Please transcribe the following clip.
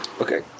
Okay